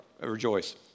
rejoice